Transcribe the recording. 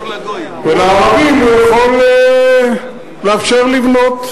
ולערבים הוא יכול לאפשר לבנות.